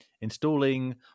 installing